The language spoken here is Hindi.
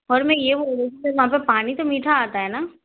और मैं ये बोल रही थी कि वहाँ पे पानी तो मीठा आता है ना